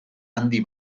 handi